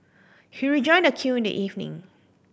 he rejoined the queue in the evening